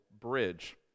bridge